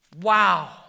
Wow